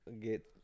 get